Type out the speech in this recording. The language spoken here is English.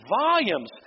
volumes